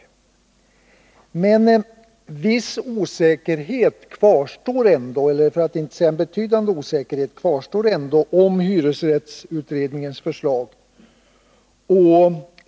En viss — för att inte säga betydande — osäkerhet kvarstår ändå om hyresrättsutredningens förslag.